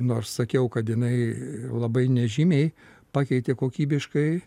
nors sakiau kad jinai labai nežymiai pakeitė kokybiškai